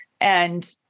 and-